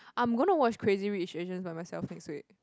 I'm gonna watch Crazy Rich Asians by myself next week